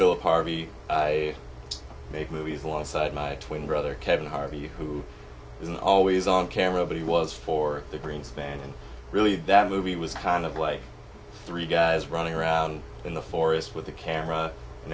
harvey i make movies alongside my twin brother kevin harvey who isn't always on camera but he was for the greenspan really that movie was kind of like three guys running around in the forest with the camera you